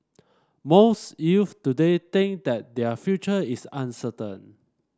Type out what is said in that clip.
most youths today think that their future is uncertain